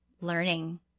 learning